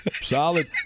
Solid